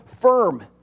firm